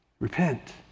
Repent